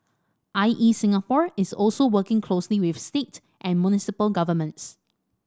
I E Singapore is also working closely with state and municipal governments